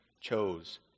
chose